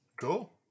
cool